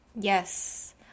Yes